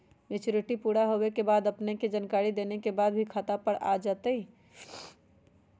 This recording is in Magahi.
मैच्युरिटी पुरा होवे के बाद अपने के जानकारी देने के बाद खाता पर पैसा आ जतई?